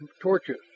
torches